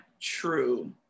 true